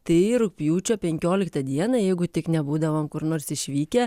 tai rugpjūčio penkioliktą dieną jeigu tik nebūdavom kur nors išvykę